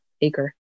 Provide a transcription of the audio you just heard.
acre